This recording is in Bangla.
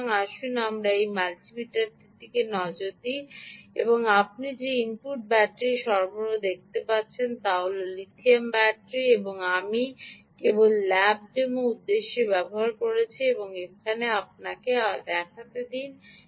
সুতরাং আসুন আমরা এই মাল্টি মিটারটির দিকে নজর দিন এখন আপনি যে ইনপুট ব্যাটারি সরবরাহ দেখতে পাচ্ছেন তা হল এটি হল লিথিয়াম ব্যাটারি এবং আমি কেবল ল্যাব ডেমো উদ্দেশ্যে ব্যবহার করছি এবং এখন আমাকে আপনাকে দেখাতে দিন